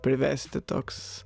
privesti toks